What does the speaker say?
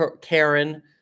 Karen